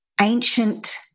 ancient